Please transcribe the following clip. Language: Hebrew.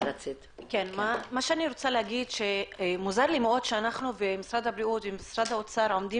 מה שאני רוצה להגיד שמוזר לי מאוד שאנחנו ומשרד הבריאות עם משרד האוצר,